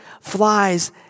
flies